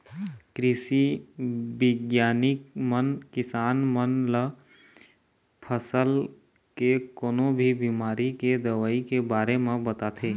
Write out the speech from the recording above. कृषि बिग्यानिक मन किसान मन ल फसल के कोनो भी बिमारी के दवई के बारे म बताथे